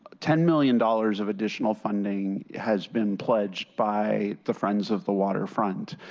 ten million dollars of additional funding has been pledged by the friends of the waterfront